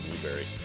Blueberry